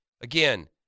again